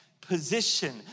position